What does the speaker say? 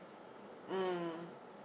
mm